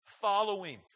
Following